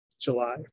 July